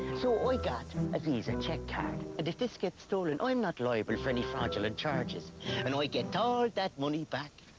so i got a visa check card. and if this gets stolen, i am not liable for any fraudulent charges and i get all that money back.